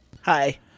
Hi